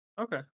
Okay